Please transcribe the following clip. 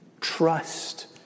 Trust